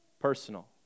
personal